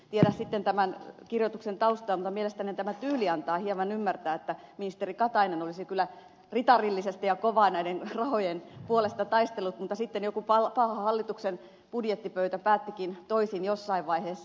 tiedä sitten tämän kirjoituksen taustaa mutta mielestäni tämä tyyli antaa hieman ymmärtää että ministeri katainen olisi kyllä ritarillisesti ja kovaa näiden rahojen puolesta taistellut mutta sitten joku paha hallituksen budjettipöytä päättikin toisin jossain vaiheessa